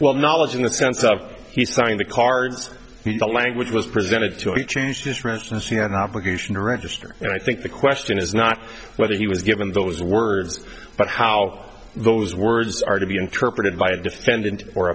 well knowledge in the sense of he signed the cards the language was presented to him he changed his for instance he had an obligation to register and i think the question is not whether he was given those words but how those words are to be interpreted by a defendant or